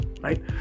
right